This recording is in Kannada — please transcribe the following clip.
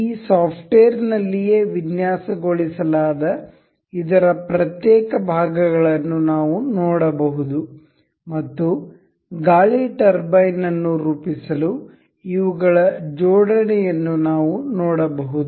ಈ ಸಾಫ್ಟ್ವೇರ್ನಲ್ಲಿಯೇ ವಿನ್ಯಾಸಗೊಳಿಸಲಾದ ಇದರ ಪ್ರತ್ಯೇಕ ಭಾಗಗಳನ್ನು ನಾವು ನೋಡಬಹುದು ಮತ್ತು ಗಾಳಿ ಟರ್ಬೈನ್ ಅನ್ನು ರೂಪಿಸಲು ಇವುಗಳ ಜೋಡಣೆಯನ್ನು ನಾವು ನೋಡಬಹುದು